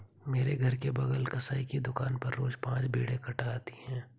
मेरे घर के बगल कसाई की दुकान पर रोज पांच भेड़ें कटाती है